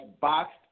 boxed